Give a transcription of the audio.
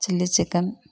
chilli chicken